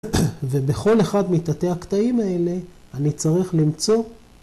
ובכל אחד מתתי הקטעים האלה אני צריך למצוא